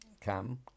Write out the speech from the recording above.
come